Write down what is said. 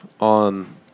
on